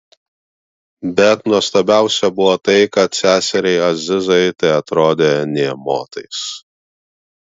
bet nuostabiausia buvo tai kad seseriai azizai tai atrodė nė motais